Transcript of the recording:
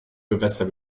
gewässer